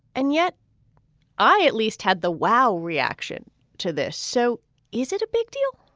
and yet i at least had the wow reaction to this. so is it a big deal?